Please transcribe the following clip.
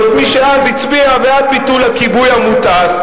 זאת מי שאז הצביעה בעד ביטול הכיבוי המוטס,